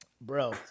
Bro